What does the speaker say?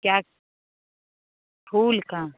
क्या फूल का